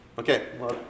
Okay